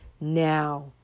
now